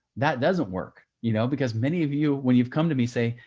that doesn't work. you know, because many of you, when you've come to me say,